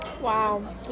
Wow